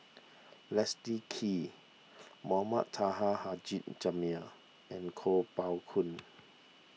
Leslie Kee Mohamed Taha Haji Jamil and Kuo Pao Kun